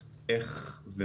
כי בסוף